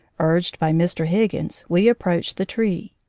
urged by mr. higgins, we approached the tree.